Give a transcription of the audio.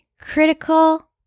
Critical